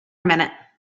minute